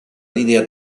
linea